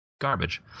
garbage